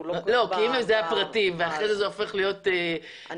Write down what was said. אם אלו הפרטים ואחר כך זה הופך להיות תקופת